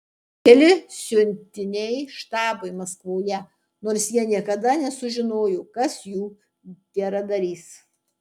keli siuntiniai štabui maskvoje nors jie niekada nesužinojo kas jų geradarys